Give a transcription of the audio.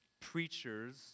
preachers